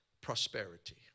prosperity